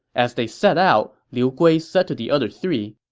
as they set out, liu gui said to the other three,